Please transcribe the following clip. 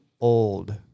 old